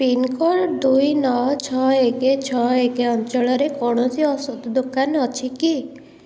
pincode ଦୁଇ ନଅ ଛଅ ଏକ ଛଅ ଏକ ଅଞ୍ଚଳରେ କୌଣସି ଔଷଧ ଦୋକାନ ଅଛି କି